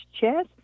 chess